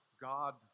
God